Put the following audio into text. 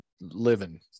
living